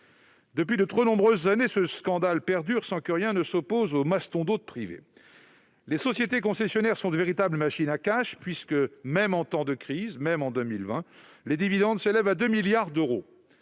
Depuis de trop nombreuses années, ce scandale perdure sans que rien s'oppose aux mastodontes privés. Les sociétés concessionnaires sont de véritables machines à cash puisque, même en temps de crise, même en 2020, les dividendes s'élèvent à 2 milliards d'euros.